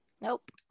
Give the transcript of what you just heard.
Nope